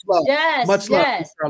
Yes